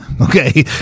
Okay